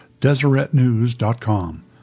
DeseretNews.com